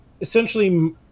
essentially